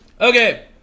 Okay